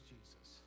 Jesus